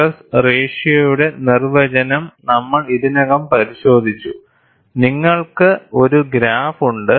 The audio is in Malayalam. R സ്ട്രെസ് റേഷ്യോയുടെ നിർവചനം നമ്മൾ ഇതിനകം പരിശോധിച്ചു നിങ്ങൾക്ക് ഒരു ഗ്രാഫ് ഉണ്ട്